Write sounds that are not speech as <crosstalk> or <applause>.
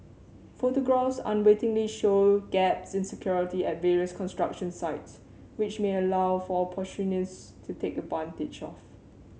photographs unwittingly show gaps in security at various construction sites which may allow for <unintelligible> to take advantage of